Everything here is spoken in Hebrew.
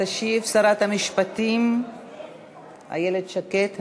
תשיב שרת המשפטים איילת שקד,